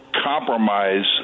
compromise